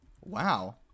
Wow